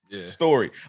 story